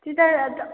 त्यो त अब